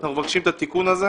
אנחנו מבקשים את התיקון הזה.